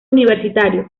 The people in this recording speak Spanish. universitarios